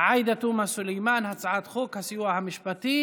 עאידה תומא סלימאן, הצעת חוק הסיוע המשפטי